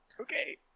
Okay